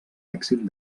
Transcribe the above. èxit